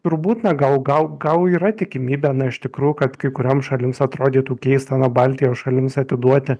turbūt na gal gal gal yra tikimybė na iš tikrųjų kad kai kurioms šalims atrodytų keista na baltijos šalims atiduoti